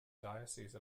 diocese